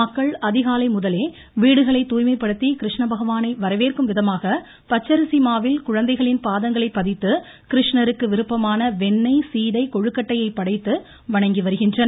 மக்கள் அதிகாலை முதலே வீடுகளை தூய்மைப்படுத்தி கிருஷ்ண பகவானை வரவேற்கும் விதமாக பச்சரிசி மாவில் குழந்தைகளின் பாதங்களை பதித்து கிருஷ்ணருக்கு விருப்பமான வெண்ணெய் சீடை கொழுக்கட்டையை படைத்து வணங்கி வருகின்றனர்